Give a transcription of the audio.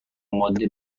ماده